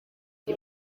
iyo